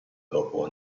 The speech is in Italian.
dopo